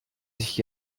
sich